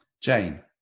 Jane